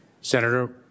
Senator